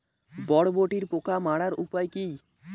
বরবটির পোকা মারার উপায় কি?